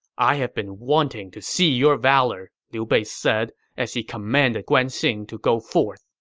i've been wanting to see your valor, liu bei said as he commanded guan xing to go forth.